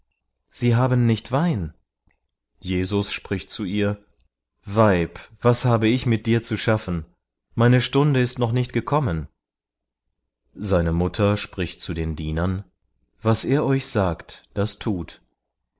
sie haben nicht wein jesus spricht zu ihr weib was habe ich mit dir zu schaffen meine stunde ist noch nicht gekommen seine mutter spricht zu den dienern was er euch sagt das tut